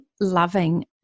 loving